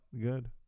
Good